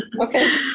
Okay